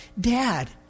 Dad